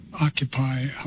occupy